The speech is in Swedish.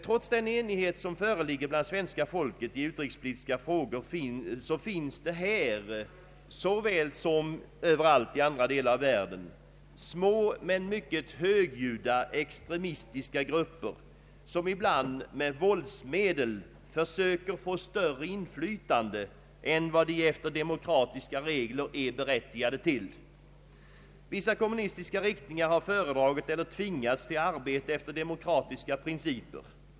Trots den enighet som föreligger bland svenska folket i utrikespolitiska frågor finns det här, såväl som överallt i andra delar av världen, små men mycket högljudda extremistiska grupper, som ibland med våldsmedel försöker få större inflytande än vad de efter demokratiska regler är berättigade till. Vissa kommunistiska riktningar har föredragit eller tvingats till att arbeta efter demokratiska principer.